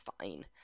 fine